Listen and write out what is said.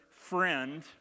friend